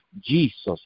Jesus